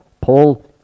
Paul